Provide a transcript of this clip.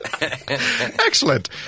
Excellent